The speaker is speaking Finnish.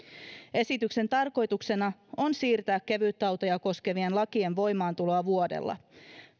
esityksen tarkoituksena on siirtää kevytautoja koskevien lakien voimaantuloa vuodella